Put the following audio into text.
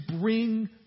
bring